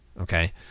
Okay